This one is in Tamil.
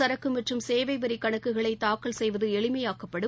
சரக்கு மற்றும் சேவை வரி கணக்குகளை தாக்கல் செய்வது எளிமையாக்கப்படும்